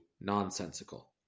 nonsensical